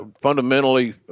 fundamentally